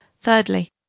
thirdly